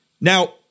Now